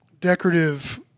decorative